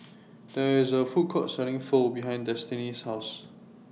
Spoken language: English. There IS A Food Court Selling Pho behind Destini's House